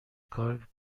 کار